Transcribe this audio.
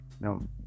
Now